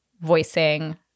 voicing